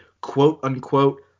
quote-unquote